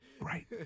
Right